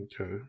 Okay